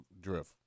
drift